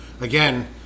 Again